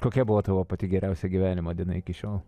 kokia buvo tavo pati geriausia gyvenimo diena iki šiol